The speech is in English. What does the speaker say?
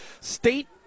state